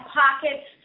pockets